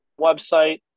website